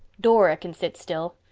dora can sit still.